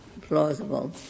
plausible